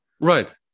Right